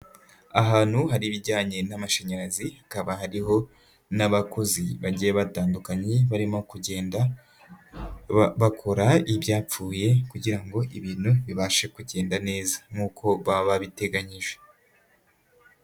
Ahantu hari ibijyanye n'amashanyarazi hakaba hariho n'abakozi bagiye batandukanye, barimo kugenda bakora ibyapfuye kugira ngo ibintu bibashe kugenda neza nkuko baba babi biteganyije.